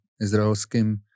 izraelským